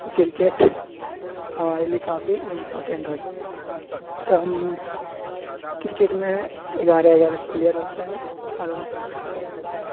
تو کرکٹ ہمارے لیے کافی امپورٹینٹ ہوتا ہے تو ہم کرکٹ میں اگارہ اگارہ پلیئر رہتے ہیں اور ہم کرکٹ کھیلا کرتے ہیں